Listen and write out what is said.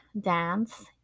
dance